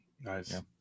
Nice